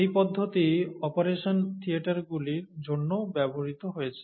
এই পদ্ধতি অপারেশন থিয়েটারগুলির জন্যও ব্যবহৃত হয়েছে